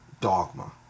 Dogma